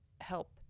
help